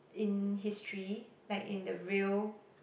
in history like in the real